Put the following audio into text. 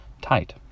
tight